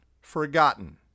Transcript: forgotten